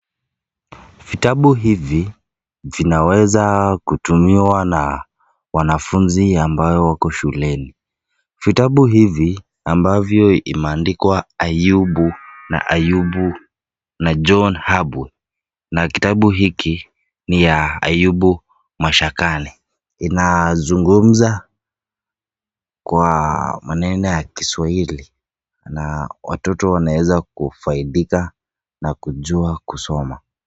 Vitabu hivi vinaweza kutumiwa na wanafunzi ambayo wako shuleni. Vitabu hivi ambavyo imeandikwa Ayubu na Ayubu na John Habwe. Na kitabu hiki ni ya Ayubu Mashakani. Inazungumza kwa maneno ya Kiswahili. Na watoto wanaweza kufaidika na kujua kusoma.